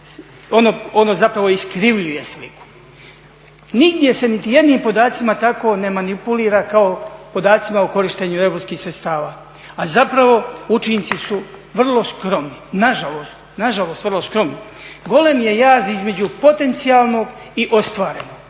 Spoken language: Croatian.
ono zapravo iskrivljuje sliku. Nigdje se niti jednim podacima tako ne manipulira kao podacima o korištenju europskih sredstava, a zapravo učinci su vrlo skromni, na žalost vrlo skromni. Golem je jaz između potencijalnog i ostvarenog,